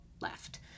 left